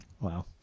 Wow